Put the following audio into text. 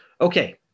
Okay